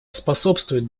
способствуют